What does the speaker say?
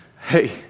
Hey